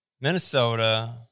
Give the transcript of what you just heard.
Minnesota